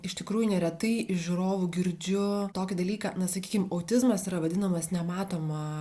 iš tikrųjų neretai iš žiūrovų girdžiu tokį dalyką na sakykim autizmas yra vadinamas nematoma